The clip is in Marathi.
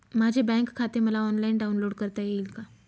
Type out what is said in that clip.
माझे बँक खाते मला ऑनलाईन डाउनलोड करता येईल का?